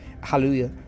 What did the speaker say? Hallelujah